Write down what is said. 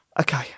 okay